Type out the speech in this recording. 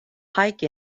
hike